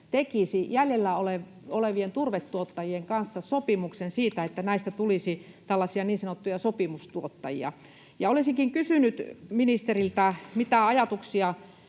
tekisi jäljellä olevien turvetuottajien kanssa sopimuksen siitä, että näistä tulisi niin sanottuja sopimustuottajia. Olisinkin kysynyt ministeriltä sitä, mitä ajatuksia